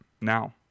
now